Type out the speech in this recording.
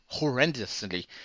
horrendously